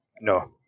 No